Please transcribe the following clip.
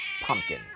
Pumpkin